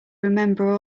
remember